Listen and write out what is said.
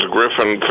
Griffin